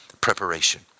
preparation